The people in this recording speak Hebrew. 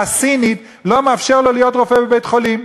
סינית לא מאפשר לו להיות רופא בבית-חולים.